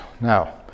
Now